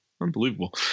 Unbelievable